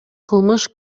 кылмыш